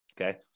Okay